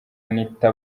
anitha